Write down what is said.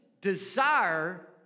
desire